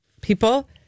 people